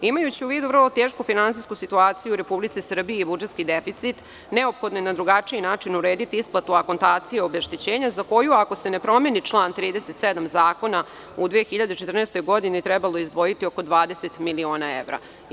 Imajući u vidu vrlo tešku finansijsku situaciju u Republici Srbiji i budžetski deficit neophodno je na drugačiji način urediti isplatu akontacije obeštećenja za koju ako se ne promeni član 37. zakona, u 2014. godini bi trebalo izdvojiti oko 20 miliona evra.